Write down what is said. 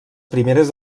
primeres